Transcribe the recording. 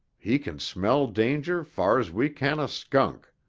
he can smell danger far's we can a skunk.